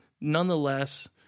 nonetheless